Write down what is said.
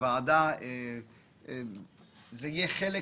יהיה חומר